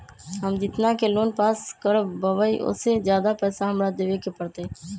हम जितना के लोन पास कर बाबई ओ से ज्यादा पैसा हमरा देवे के पड़तई?